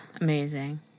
amazing